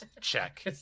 Check